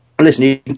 listen